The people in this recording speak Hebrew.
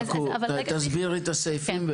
תסבירי את הסעיפים,